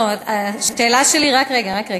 לא, השאלה שלי, רק רגע, רק רגע,